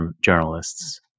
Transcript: journalists